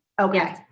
Okay